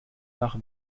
nach